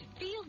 Feel